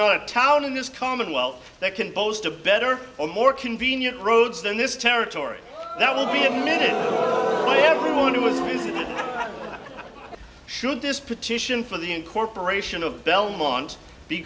not a town in this commonwealth that can boast a better or more convenient roads than this territory that will be a cold one to was should this petition for the incorporation of belmont be